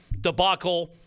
debacle